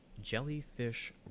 jellyfish